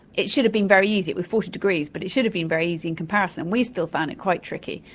it should have been very easy it was forty degrees but it should have been very easy in comparison, and we still found it quite tricky,